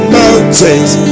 mountains